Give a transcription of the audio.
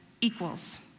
equals